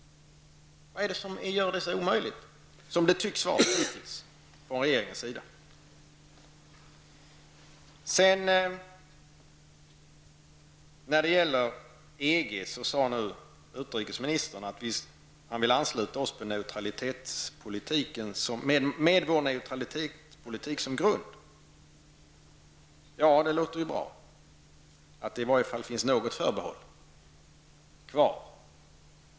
Vad är det som gör det så omöjligt, från regeringens sida, som det tycks vara? När det gäller EG sade utrikesministern att han vill ansluta oss med vår neutralitetspolitik som grund. Det låter ju bra att det åtminstone finns något förbehåll kvar.